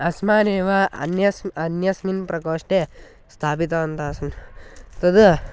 अस्मान् एव अन्यस्मिन् अन्यस्मिन् प्रकोष्ठे स्थापितवन्तः आसन् तद्